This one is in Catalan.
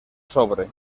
sobre